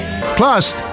Plus